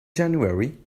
january